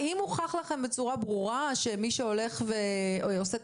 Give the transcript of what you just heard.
האם הוכח לכם בצורה ברורה שמי שעושה את